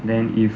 then if